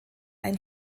ein